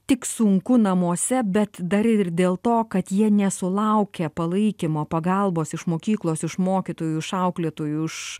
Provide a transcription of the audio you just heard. tik sunku namuose bet dar ir dėl to kad jie nesulaukia palaikymo pagalbos iš mokyklos iš mokytojų iš auklėtų iš